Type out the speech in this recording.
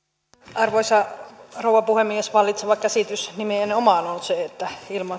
arvoisa rouva puhemies vallitseva käsitys nimenomaan on se että